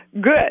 good